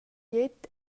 gliet